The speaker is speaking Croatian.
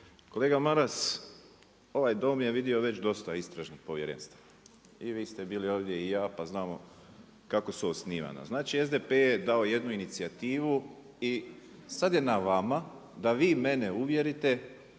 Kolega Maras, ovaj Dom je vidio već dosta istražnih povjerenstva. I vi ste bili ovdje i ja, pa znamo kako su osnivana. Znači SDP je dao jednu inicijativu i sad je na vama da vi mene uvjerite,